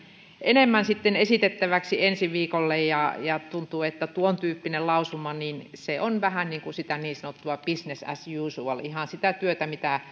enemmän esitettäväksi ensi viikolle tuntuu että tuontyyppinen lausuma on vähän niin kuin sitä niin sanottua business as usual ihan sitä työtä